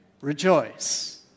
rejoice